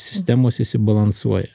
sistemos išsibalansuoja